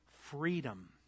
freedom